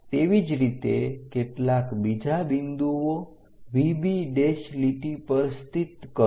તેવી જ રીતે કેટલાક બીજા બિંદુઓ VB લીટી પર સ્થિત કરો